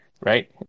right